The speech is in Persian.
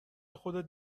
خودت